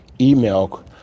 email